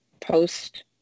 Post